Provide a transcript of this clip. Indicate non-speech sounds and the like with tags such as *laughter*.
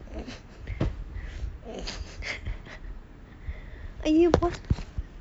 *laughs*